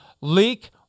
leak